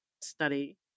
study